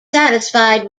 satisfied